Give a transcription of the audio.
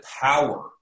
power